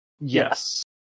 Yes